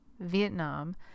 Vietnam